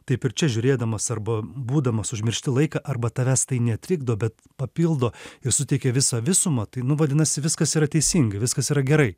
taip ir čia žiūrėdamas arba būdamas užmiršti laiką arba tavęs tai netrikdo bet papildo ir suteikia visą visumą tai nu vadinasi viskas yra teisingai viskas yra gerai